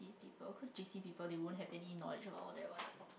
people cause J_C people they won't have any knowledge about all that one